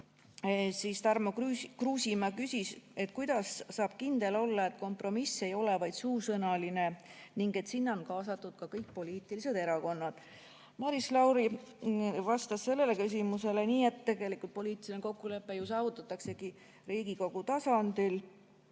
siis Tarmo Kruusimäe küsis, et kuidas saab kindel olla, et kompromiss ei ole vaid suusõnaline ning et sellesse on kaasatud kõik poliitilised erakonnad. Maris Lauri vastas sellele küsimusele nii, et tegelikult poliitiline kokkulepe ju saavutataksegi Riigikogu tasandil,